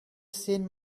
seen